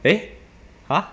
eh !huh!